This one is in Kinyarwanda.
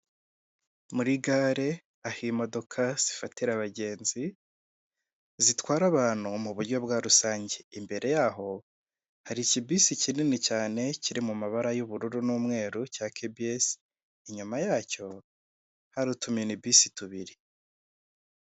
Muri gare aho imodoka zifatira abagenzi, zitwara abantu mu buryo bwa rusange, imbere yaho hari ikibisi kinini cyane kiri mu mabara y'ubururu n'umweru, cya kibiyesi, inyuma yacyo hari utuminibisi tubiri.